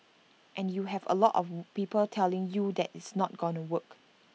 and you have A lot of people telling you that it's not gonna work